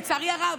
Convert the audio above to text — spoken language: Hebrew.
לצערי הרב,